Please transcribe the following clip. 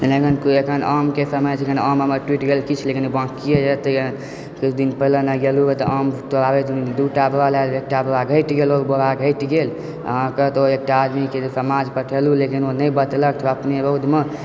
एखन आमके समय छै जेना एखन आम हमर टुटि गेल किछु लेकिन बांँकीए यऽ तऽ यऽकिछु दिन पहिले गेलहुँ तऽ आम तोड़ाबएके तऽ दूटा बोरा लए गेलहुँ एकटा बोरा घटि गेल अहाँकेँ तऽ ओ एकटा आदमीके जे समाद देलहुँ लेकिन ओ नहि बतेलक तऽ ओ अपने रौदमे